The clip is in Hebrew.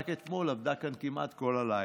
רק אתמול עבדה כאן כמעט כל הלילה.